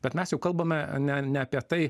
bet mes jau kalbame ne ne apie tai